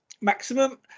maximum